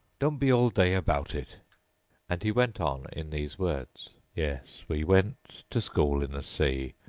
don't be all day about it and he went on in these words yes, we went to school in the sea,